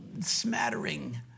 smattering